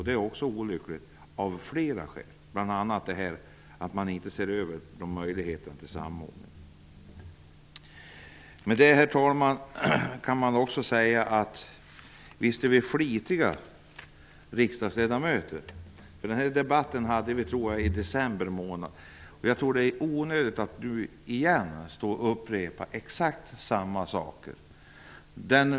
Det är olyckligt av flera skäl att man inte ser över möjligheten till samordning. Herr talman! Visst är vi riksdagsledamöter flitiga. Den här debatten hade vi också i december månad. Jag tror att det är onödigt att nu åter upprepa exakt samma saker.